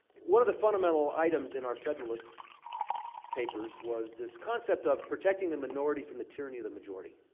one of the fundamental items in our federalist papers was this concept of protecting the minority from the tyranny of the majority.